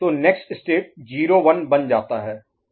तो next state 0 1 बन जाता है